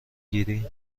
گیری